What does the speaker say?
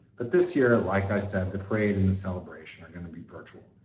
but this year, like i said, the parade and the celebration are gonna be virtual.